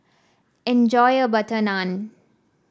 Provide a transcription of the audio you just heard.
enjoy your butter naan